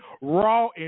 raw